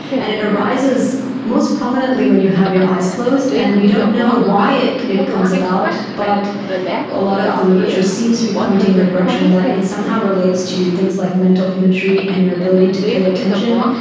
and it arises most prominently when you have your eyes closed, and we don't know why it it comes about but a lot of the literature seems to be pointing in the direction that it somehow relates to things like mental imagery and your ability to pay attention,